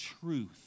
truth